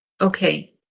Okay